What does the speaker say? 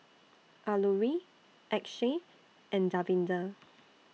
Alluri Akshay and Davinder